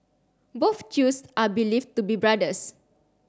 both Chews are believed to be brothers